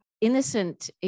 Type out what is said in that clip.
innocent